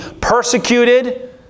persecuted